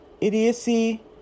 idiocy